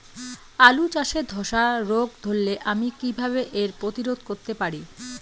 আলু চাষে ধসা রোগ ধরলে আমি কীভাবে এর প্রতিরোধ করতে পারি?